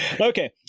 okay